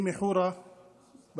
אני מחורה בנגב,